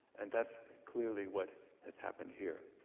and that's clearly what has happened here.